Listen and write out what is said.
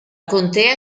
contea